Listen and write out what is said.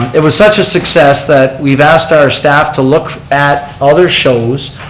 it was such a success that we've asked our staff to look at other shows,